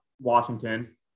Washington